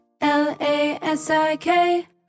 L-A-S-I-K